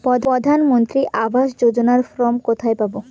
প্রধান মন্ত্রী আবাস যোজনার ফর্ম কোথায় পাব?